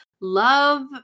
love